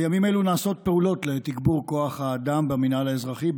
בימים אלה נעשות פעולות לתגבור כוח האדם במינהל האזרחי,